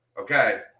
okay